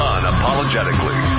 Unapologetically